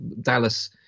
dallas